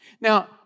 Now